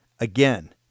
Again